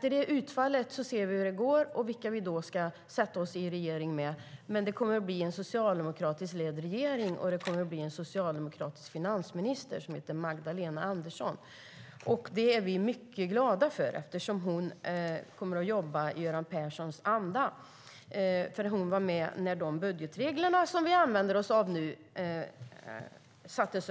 vi får ett utfall och ser hur det går kan vi bestämma vilka vi ska sätta oss i regering med. Men det kommer att bli en socialdemokratiskt ledd regering, och det kommer att bli en socialdemokratisk finansminister som heter Magdalena Andersson. Det är vi mycket glada för, eftersom hon kommer att jobba i Göran Perssons anda. Hon var med när de budgetregler som vi använder oss av nu infördes.